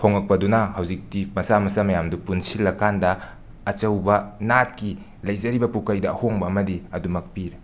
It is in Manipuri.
ꯍꯣꯡꯂꯛꯄꯗꯨꯅ ꯍꯧꯖꯤꯛꯇꯤ ꯃꯆꯥ ꯃꯆꯥ ꯃꯌꯥꯝꯗꯨ ꯄꯨꯟꯁꯤꯜꯂꯀꯥꯟꯗ ꯑꯆꯧꯕ ꯅꯥꯠꯀꯤ ꯂꯩꯖꯔꯤꯕ ꯄꯨꯀꯩꯗ ꯑꯍꯣꯡꯕ ꯑꯃꯗꯤ ꯑꯗꯨꯃꯛ ꯄꯤꯔꯦ